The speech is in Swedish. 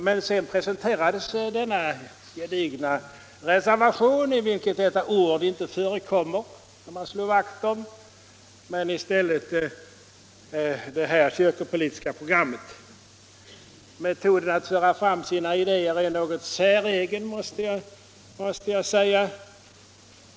Men sedan presenterades denna gedigna reservation, i vilken detta ord, som man slår vakt om, inte förekom men i stället detta kyrkopolitiska program. Metoden att = Nr 24 föra fram sina idéer är något säregen, måste jag säga.